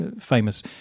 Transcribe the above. famous